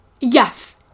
Yes